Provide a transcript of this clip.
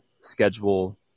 schedule